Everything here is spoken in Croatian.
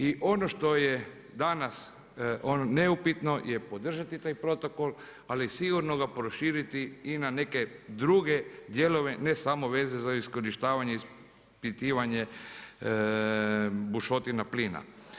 I ono što je danas neupitno je podržati taj Protokol, ali i sigurno ga proširiti i na neke druge dijelove ne samo veze za iskorištavanje i ispitivanje bušotina plina.